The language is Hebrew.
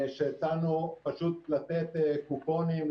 לתת קופונים,